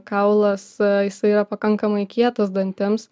kaulas jisai yra pakankamai kietas dantims